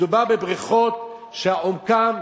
מדובר בבריכות שעומקן